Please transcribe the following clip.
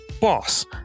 Boss